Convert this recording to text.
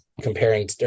comparing